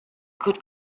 could